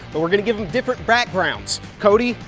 but we're going to give them different backgrounds. cody,